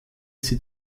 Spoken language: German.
sie